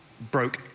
broke